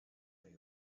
day